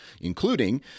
including